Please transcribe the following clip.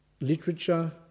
literature